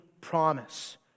promise